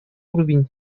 уровень